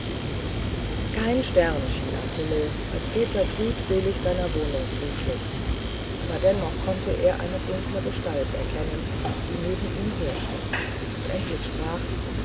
kein stern schien am himmel als peter trübselig seiner wohnung zuschlich aber dennoch konnte er eine dunkle gestalt erkennen die neben ihm her schritt und endlich sprach